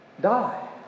die